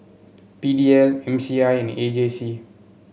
P D L M C I and A J C